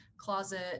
closet